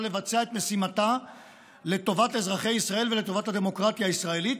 לבצע את משימתה לטובת אזרחי ישראל ולטובת הדמוקרטיה הישראלית,